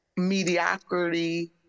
mediocrity